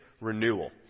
Renewal